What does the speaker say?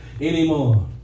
anymore